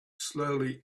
slowly